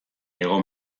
hego